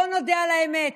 בואו נודה על האמת,